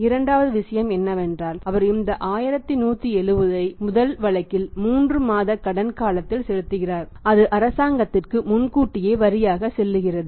இரண்டாவது விஷயம் என்னவென்றால் அவர் இந்த 1170 ஐ முதல் வழக்கில் 3 மாத கடன் காலத்தில் செலுத்துகிறார் இது அரசாங்கத்திற்கு முன்கூட்டியே வரியாக செல்கிறது